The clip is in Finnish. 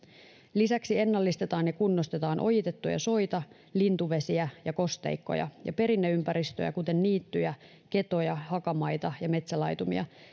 lisäksi ennallistetaan ja kunnostetaan ojitettuja soita lintuvesiä ja kosteikkoja ja perinneympäristöä kuten niittyjä ketoja hakamaita ja metsälaitumia